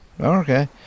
Okay